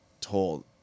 told